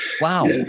wow